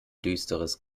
düsteres